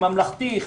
ממלכתי,